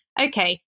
Okay